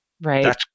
Right